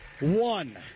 one